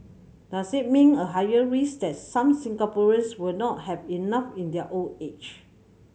does it mean a higher risk that some Singaporeans will not have enough in their old age